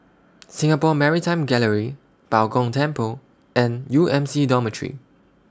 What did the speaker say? Singapore Maritime Gallery Bao Gong Temple and U M C Dormitory